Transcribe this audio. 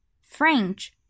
French